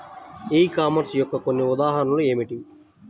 ఈ కామర్స్ యొక్క కొన్ని ఉదాహరణలు ఏమిటి?